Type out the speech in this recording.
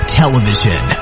television